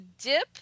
dip